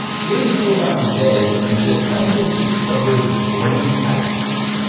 today's cool fact of the day is that scientists discovered brain pipes,